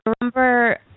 remember